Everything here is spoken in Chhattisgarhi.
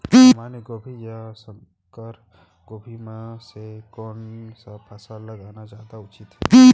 सामान्य गोभी या संकर गोभी म से कोन स फसल लगाना जादा उचित हे?